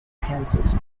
kansas